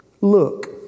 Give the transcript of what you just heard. look